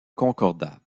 concordat